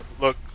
look